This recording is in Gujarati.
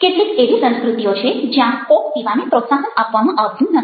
કેટલીક એવી સંસ્કૃતિઓ છે જ્યાં કોક પીવાને પ્રોત્સાહન આપવામાં આવતું નથી